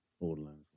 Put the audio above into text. Borderlands